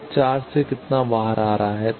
port 4 से कितना बाहर आ रहा है